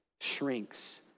shrinks